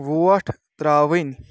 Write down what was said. وۄٹھ ترٛاوٕنۍ